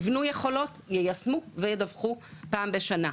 יבנו יכולות, יישמו וידווחו פעם בשנה.